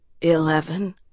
eleven